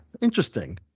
interesting